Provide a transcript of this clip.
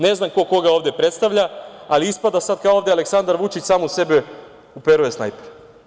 Ne znam ko koga ovde predstavlja, ali ispada sad ovde da Aleksandar Vučić u samog sebe uperuje snajper.